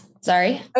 Sorry